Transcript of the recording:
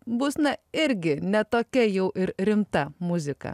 bus na irgi ne tokia jau ir rimta muzika